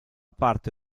parte